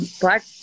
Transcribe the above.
black